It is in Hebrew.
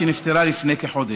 שנפטרה לפני כחודש.